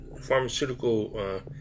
pharmaceutical